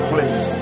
place